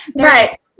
right